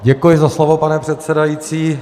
Děkuji za slovo, pane předsedající.